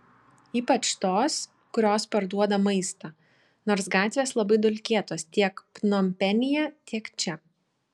ypač tos kurios parduoda maistą nors gatvės labai dulkėtos tiek pnompenyje tiek čia